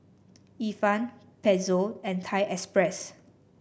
Ifan Pezzo and Thai Express